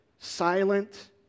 silent